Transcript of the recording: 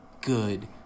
good